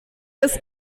ist